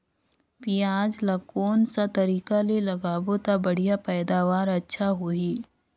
पियाज ला कोन सा तरीका ले लगाबो ता बढ़िया पैदावार अच्छा होही?